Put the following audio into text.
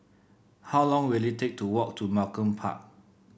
how long will it take to walk to Malcolm Park